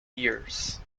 years